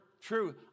true